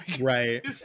Right